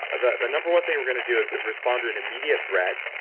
the the number one thing we're going to do is respond to an immediate threat.